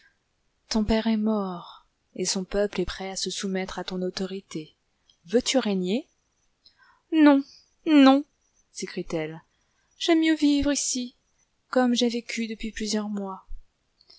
ton père est mort et son peuple est prêt à se soumettre à ton autorité veux-tu régner non non sécrie t elle j'aime mieux vivre ici comme j'ai vécu depuis plusieurs mois